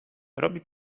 robi